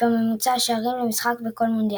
בממוצע השערים למשחק בכל מונדיאל.